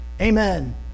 amen